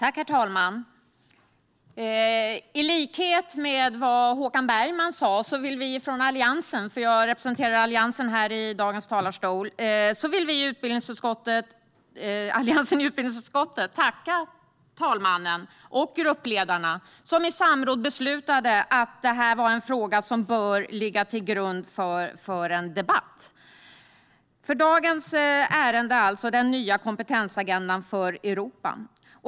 Herr talman! I likhet med vad Håkan Bergman sa vill vi i Alliansen - som jag representerar här i dag - inom utbildningsutskottet tacka talmannen och gruppledarna som i samråd beslutat att denna fråga bör ligga till grund för en debatt. Dagens ärende gäller alltså den nya kompetensagendan för Europa.